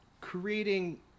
creating